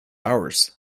ours